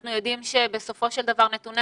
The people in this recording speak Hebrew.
אנחנו יודעים שבסופו של דבר נתוני